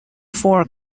four